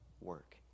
work